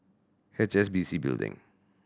H S B C Building